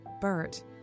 Bert